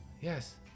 Yes